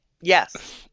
Yes